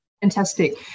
Fantastic